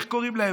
איך קוראים להם,